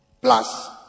plus